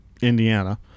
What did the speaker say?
Indiana